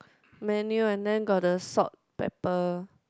menu and then got the salt pepper